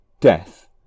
Death